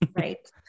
right